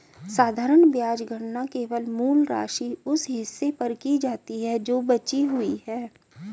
साधारण ब्याज गणना केवल मूल राशि, उस हिस्से पर की जाती है जो बची हुई है